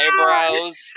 eyebrows